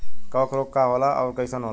कवक रोग का होला अउर कईसन होला?